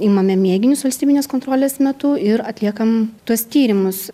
imame mėginius valstybinės kontrolės metu ir atliekam tuos tyrimus